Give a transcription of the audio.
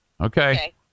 Okay